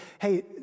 hey—